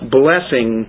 blessing